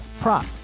prop